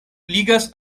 ligas